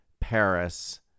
Paris